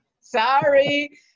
Sorry